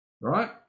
right